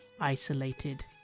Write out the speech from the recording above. Isolated